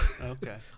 Okay